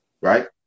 right